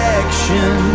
action